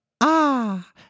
Ah